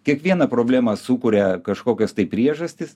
kiekvieną problemą sukuria kažkokios tai priežastys